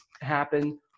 happen